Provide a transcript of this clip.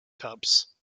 tubs